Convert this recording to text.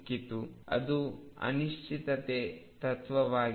ಅದು ಅನಿಶ್ಚಿತತೆ ತತ್ವವಾಗಿದೆ